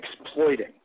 exploiting